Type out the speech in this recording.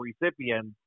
recipients